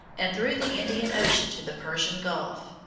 and through the indian ocean to the persian gulf.